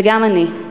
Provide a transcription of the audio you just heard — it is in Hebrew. וגם אני.